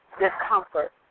discomfort